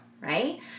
right